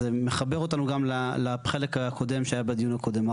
וזה מחבר אותנו גם לחלק הקודם שהיה בדיון הקודם.